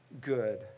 good